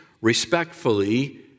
respectfully